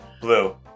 Blue